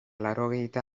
laurogeita